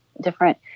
different